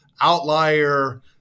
Outlier